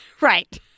right